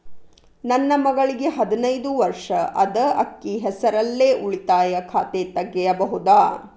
ನನ್ನ ಮಗಳಿಗೆ ಹದಿನೈದು ವರ್ಷ ಅದ ಅಕ್ಕಿ ಹೆಸರಲ್ಲೇ ಉಳಿತಾಯ ಖಾತೆ ತೆಗೆಯಬಹುದಾ?